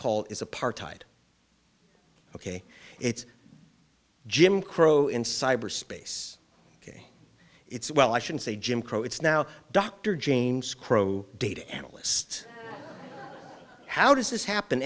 called is apartheid ok it's jim crow in cyberspace ok it's well i should say jim crow it's now dr james crow data analyst how does this happen